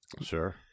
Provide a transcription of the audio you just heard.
Sure